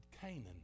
Canaan